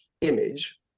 image